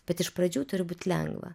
bet iš pradžių turi būt lengva